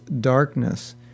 darkness